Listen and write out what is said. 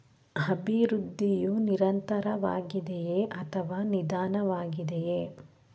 ಅಭಿವೃದ್ಧಿಯು ನಿರಂತರವಾಗಿದೆಯೇ ಅಥವಾ ನಿಧಾನವಾಗಿದೆಯೇ?